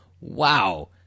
wow